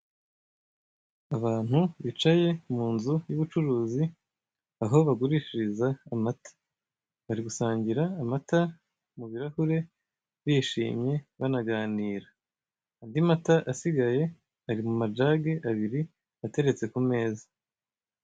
Abantu bicaye mu nzu y',ubucuruzi aho bagurishiriza amata, bari gusangira amata mu birahure bishimye banaganira, andi mata asigaye ari mu majage abiri ateretse ku meza.